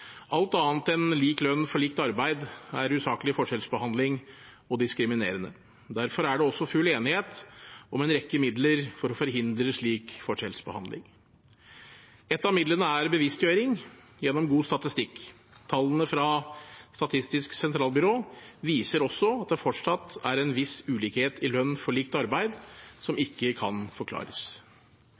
Alt annet enn lik lønn for likt arbeid er usaklig forskjellsbehandling og diskriminerende. Derfor er det også full enighet om en rekke midler for å forhindre slik forskjellsbehandling. Et av midlene er bevisstgjøring gjennom god statistikk. Tallene fra Statistisk sentralbyrå viser også at det fortsatt er en viss ulikhet i lønn for likt arbeid som ikke kan forklares.